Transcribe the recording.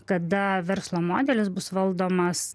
kada verslo modelis bus valdomas